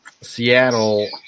Seattle